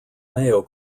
mayo